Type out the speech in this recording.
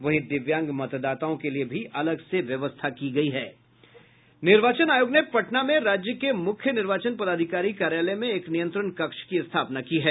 वहीं दिव्यांग मतदाताओं के लिए भी अलग से व्यवस्था की गई है निर्वाचन आयोग ने पटना में राज्य के मुख्य निर्वाचन पदाधिकारी कार्यालय में एक नियंत्रण कक्ष की स्थापना की है